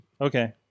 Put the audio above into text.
Okay